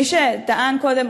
מי שטען קודם,